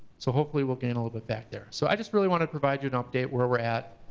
so hopefully we'll gain a little bit back there. so i just really wanted to provide you an update, where we're at.